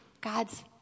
God's